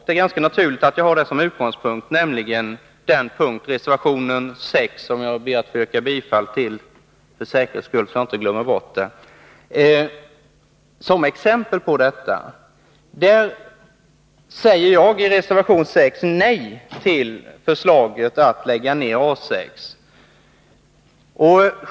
Det är ganska naturligt att jag här som utgångspunkt har reservation 6, som jag nu ber att få yrka bifall till för säkerhets skull, så att jag inte glömmer bort det. Jag säger i reservation 6 nej till förslaget att lägga ner A 6.